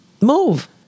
move